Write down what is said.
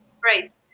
Great